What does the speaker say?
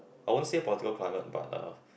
I won't say political climate but uh